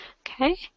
Okay